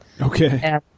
Okay